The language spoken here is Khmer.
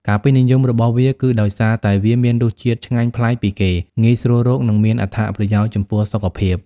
ការពេញនិយមរបស់វាគឺដោយសារតែវាមានរសជាតិឆ្ងាញ់ប្លែកពីគេ ងាយស្រួលរក និងមានអត្ថប្រយោជន៍ចំពោះសុខភាព។